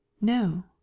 no